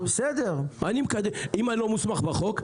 אם אני לא מוסמך בחוק,